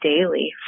daily